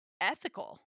ethical